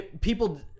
People